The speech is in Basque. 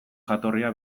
jatorria